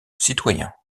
citoyen